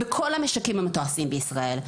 בכל המשקים המתועשים בישראל.